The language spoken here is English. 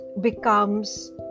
becomes